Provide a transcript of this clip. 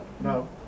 No